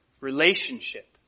Relationship